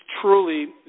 truly